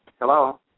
Hello